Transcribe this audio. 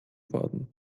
worden